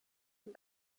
mit